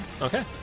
Okay